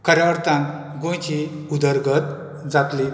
खऱ्या अर्थान गोंयची उदरगत जातली